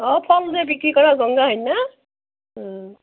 অ' ফল যে বিক্ৰী কৰা গংগা হয়নে